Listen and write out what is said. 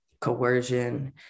coercion